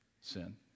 sin